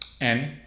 Annie